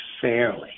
fairly